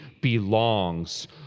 belongs